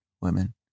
women